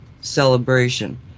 celebration